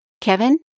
Kevin